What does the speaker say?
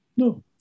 No